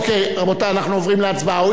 אוקיי, רבותי, אנחנו עוברים להצבעה.